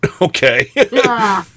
okay